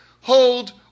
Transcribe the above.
hold